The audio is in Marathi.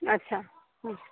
अच्छा